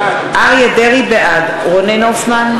בעד רונן הופמן,